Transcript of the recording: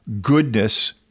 goodness